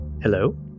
Hello